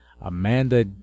Amanda